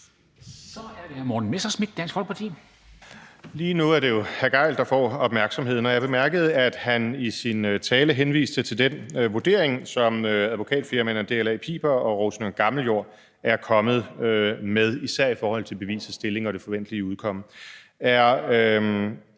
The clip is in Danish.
Kl. 14:18 Morten Messerschmidt (DF): Lige nu er det jo hr. Torsten Gejl, der får opmærksomheden, og jeg bemærkede, at han i sin tale henviste til den vurdering, som advokatfirmaerne DLA Piber og Rosenlund Gammeljord er kommet med, især i forhold til bevisets stilling og det forventelige udkomme.